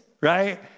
right